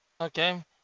okay